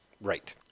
Right